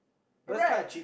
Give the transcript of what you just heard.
right